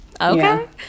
okay